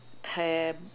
pam